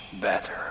better